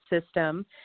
system